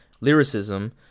lyricism